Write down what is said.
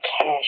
cash